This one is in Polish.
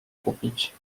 kupić